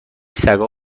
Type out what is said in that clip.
سگا